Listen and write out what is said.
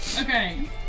Okay